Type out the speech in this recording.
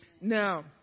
now